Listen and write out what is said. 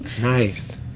Nice